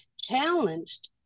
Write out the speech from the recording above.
challenged